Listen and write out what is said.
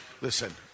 listen